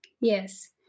Yes